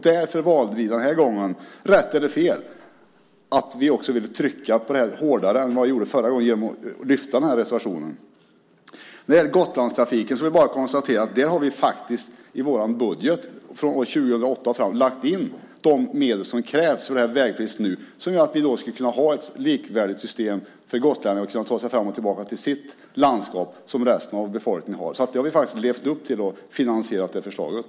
Därför valde vi den här gången - rätt eller fel - att trycka på detta hårdare än förra gången genom att lyfta fram reservationen. När det gäller Gotlandstrafiken vill jag bara konstatera att vi i vår budget från 2008 och framåt har lagt in de medel som krävs för att ge gotlänningarna ett likvärdigt system så att de ska kunna ta sig fram och tillbaka till sitt landskap som resten av befolkningen kan. Vi har alltså levt upp till att finansiera det förslaget.